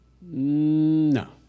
no